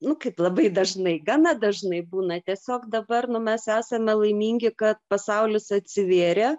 nu kaip labai dažnai gana dažnai būna tiesiog dabar nu mes esame laimingi kad pasaulis atsivėrė